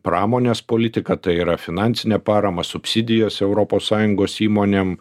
pramonės politiką tai yra finansinę paramą subsidijos europos sąjungos įmonėm